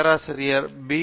பேராசிரியர் பி